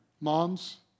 Moms